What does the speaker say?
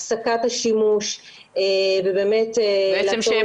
הפסקת השימוש --- בעצם עד שהן כבר